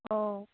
अ